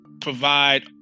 provide